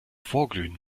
vorglühen